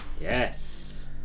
Yes